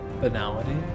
Banality